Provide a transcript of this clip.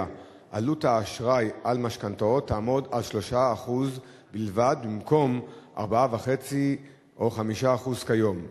עלות האשראי למשכנתאות תעמוד על 3% בלבד במקום 4.5% 5% כיום,